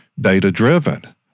data-driven